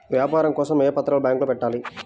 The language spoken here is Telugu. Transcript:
వ్యాపారం కోసం ఏ పత్రాలు బ్యాంక్లో పెట్టాలి?